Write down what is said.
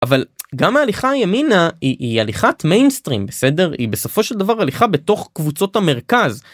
אבל גם ההליכה ימינה היא הליכת מיינסטרים בסדר היא בסופו של דבר הליכה בתוך קבוצות המרכז.